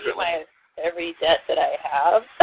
sort of my every debt that i have.